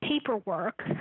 paperwork